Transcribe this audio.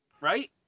right